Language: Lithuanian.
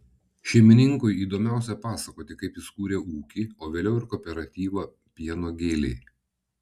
šeimininkui įdomiausia pasakoti kaip jis kūrė ūkį o vėliau ir kooperatyvą pieno gėlė